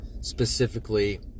specifically